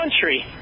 country